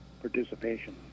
participation